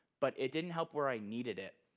but it didn't help where i needed it,